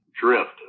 drift